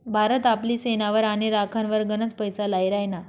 भारत आपली सेनावर आणि राखनवर गनच पैसा लाई राहिना